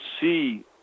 see